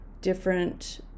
different